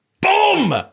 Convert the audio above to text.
Boom